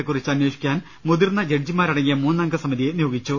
ത്തെകുറിച്ച് അമ്പേഷിക്കാൻ മുതിർന്ന ജഡ്ജിമാരടങ്ങിയ മൂന്നംഗ സമിതിയെ നിയോഗിച്ചു